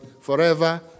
forever